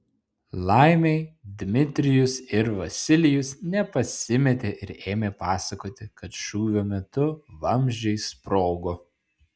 laimei dmitrijus ir vasilijus nepasimetė ir ėmė pasakoti kad šūvio metu vamzdžiai sprogo